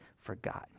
forgotten